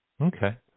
Okay